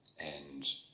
and